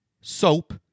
soap